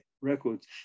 records